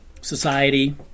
society